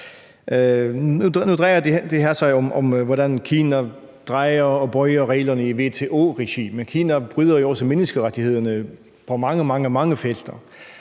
Nu drejer det her sig jo om, hvordan Kina drejer og bøjer reglerne i WTO-regi, men Kina bryder jo også menneskerettighederne på mange, mange felter.